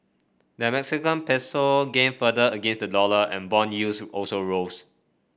the Mexican peso gained further against the dollar and bond yields also rose